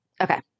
Okay